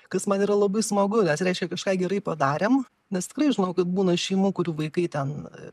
kas man yra labai smagu nes reiškia kažką gerai padarėm nes tikrai žinau kad būna šeimų kurių vaikai ten